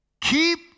Keep